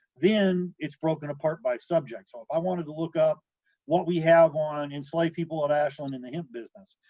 then it's broken apart by subject, so if i wanted to look up what we have on enslaved people at ashland in the hemp business,